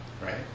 Right